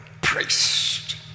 priest